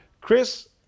Chris